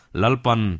lalpan